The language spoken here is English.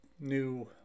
new